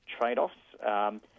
trade-offs